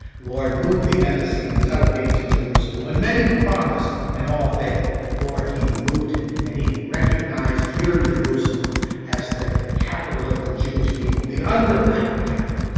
lord moved the embassy from tel aviv to jerusalem when many promised and all failed, lord, he moved it and he recognized your jerusalem as the capital of the jewish people. the undivided capital.